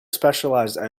specialised